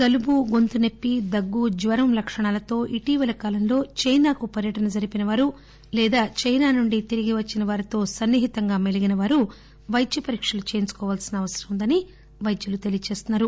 జలుబు గొంతునొప్పి దగ్గు జ్వయం లక్షణాలతో ఇటీవల కాలంలో చైనా కు పర్యటన జరిపిన వారు లేదా చైనా నుండి తిరిగివచ్చిన వారితో సన్నిహితంగా మెలిగిన వారు పైద్య పరీక్షలు చేయించుకోవల్సిన అవసరం వుందని వైద్యులు తెలియజేస్తున్నారు